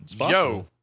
yo